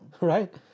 right